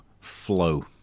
flow